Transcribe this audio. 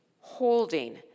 holding